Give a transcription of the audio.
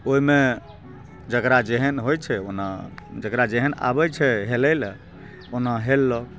ओहिमे जेकरा जेहन होइ छै ओना जेकरा जेहन आबै छै हेलै लऽ ओना हेललक